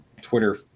twitter